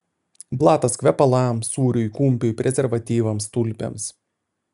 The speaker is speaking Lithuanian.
blatas kvepalams sūriui kumpiui prezervatyvams tulpėms